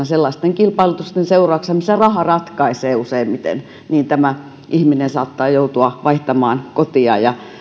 sellaisten kilpailutusten seurauksena missä raha ratkaisee useimmiten tämä ihminen saattaa joutua vaihtamaan kotia ja